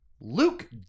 Luke